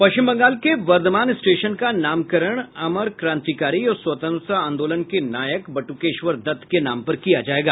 पश्चिम बंगाल के वर्द्वमान स्टेशन का नामकरण अमर क्रांतिकारी और स्वतंत्रता आंदोलन के नायक बटुकेश्वर दत्त के नाम पर किया जायेगा